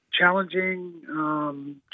challenging